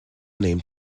name